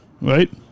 right